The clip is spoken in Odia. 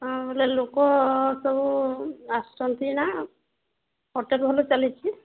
ହଁ ବୋଇଲେ ଲୋକ ସବୁ ଆସୁଛନ୍ତି ନା ହୋଟେଲ ଭଲ ଚାଲିଛିି